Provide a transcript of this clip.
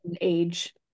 age